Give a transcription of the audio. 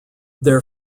their